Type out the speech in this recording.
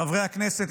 חברי הכנסת,